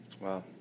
Wow